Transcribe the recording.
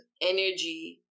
energy